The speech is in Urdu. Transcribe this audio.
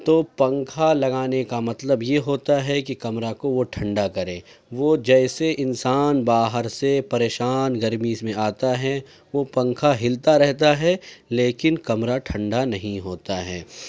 تو پنکھا لگانے کا مطلب اب یہ ہوتا ہے کہ کمرہ کو وہ ٹھنڈا کرے وہ جیسے انسان باہر سے پریشان گرمی میں آتا ہے وہ پنکھا ہلتا رہتا ہے لیکن کمرہ ٹھنڈا نہیں ہوتا ہے